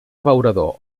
abeurador